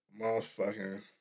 motherfucking